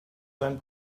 sein